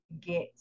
get